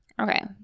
Okay